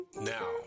now